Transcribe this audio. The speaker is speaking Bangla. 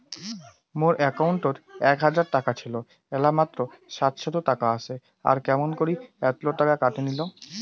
মোর একাউন্টত এক হাজার টাকা ছিল এলা মাত্র সাতশত টাকা আসে আর কেমন করি এতলা টাকা কাটি নিল?